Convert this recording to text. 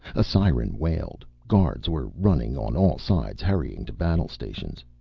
a siren wailed. guards were running on all sides, hurrying to battle stations.